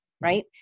right